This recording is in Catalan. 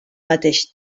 mateix